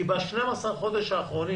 כי ב-12 החודשים האחרונים,